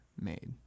made